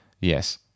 Yes